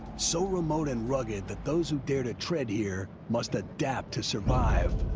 so remote and rugged that those who dare to tread here must adapt to survive.